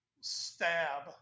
stab